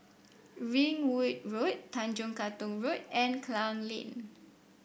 Ringwood Road Tanjong Katong Road and Klang Lane